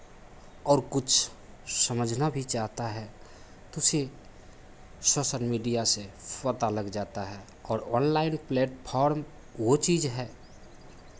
और कुछ समझना भी चाहता है तो उसे सोशल मीडिया से पता लग जाता है और ऑनलाइन प्लेटफॉर्म वो चीज़ है